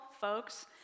folks